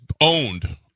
owned